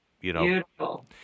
Beautiful